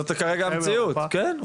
זאת כרגע המציאות, כן.